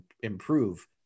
improve